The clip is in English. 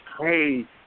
hey